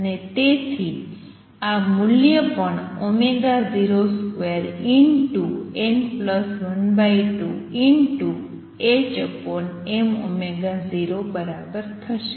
અને તેથી આ મૂલ્ય પણ 02n12m0 બરાબર થશે